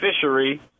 fishery